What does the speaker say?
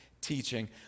teaching